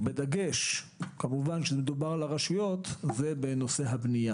כאשר מדובר על הרשויות המקומיות